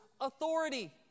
authority